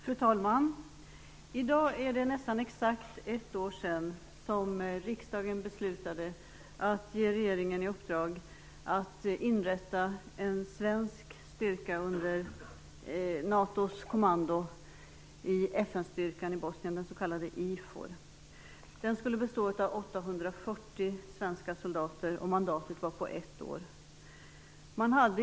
Fru talman! I dag är det nästan exakt ett år sedan som riksdagen beslutade att ge regeringen i uppdrag att inrätta en svensk styrka under NATO:s kommando i FN-styrkan i Bosnien, den s.k. IFOR. Den skulle bestå av 840 svenska soldater, och mandatet var på ett år.